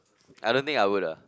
I don't think I would ah